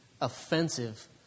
offensive